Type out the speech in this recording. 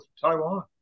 Taiwan